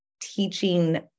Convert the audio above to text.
teaching